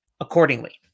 Accordingly